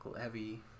heavy